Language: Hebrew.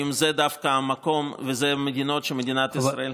אם זה דווקא המקום ואם אלו מדינות שמדינת ישראל